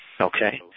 Okay